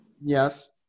Yes